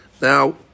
Now